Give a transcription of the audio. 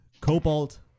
Cobalt